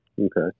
Okay